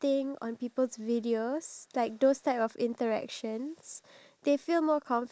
really convey out any form of facial expression because it doesn't have a face